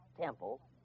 temple